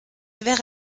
wäre